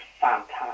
fantastic